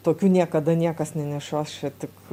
tokių niekada niekas nenešios čia tik